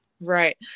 Right